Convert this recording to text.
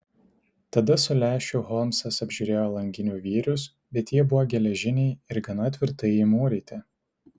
tada su lęšiu holmsas apžiūrėjo langinių vyrius bet jie buvo geležiniai ir gana tvirtai įmūryti